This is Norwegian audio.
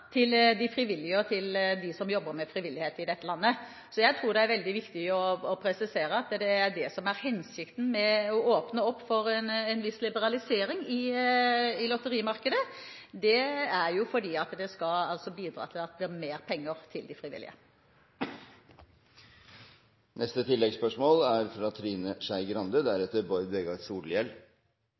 til de frivillige og til dem som jobber med frivillighet i dette landet. Jeg tror det er veldig viktig å presisere at det som er hensikten med å åpne opp for en viss liberalisering i lotterimarkedet, er at det skal bidra til at det blir mer penger til de frivillige. Trine Skei Grande – til oppfølgingsspørsmål. Det er